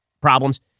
problems